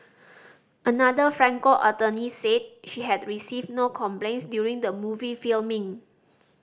another Franco attorney said she had received no complaints during the movie filming